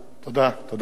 אדוני היושב-ראש,